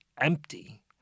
empty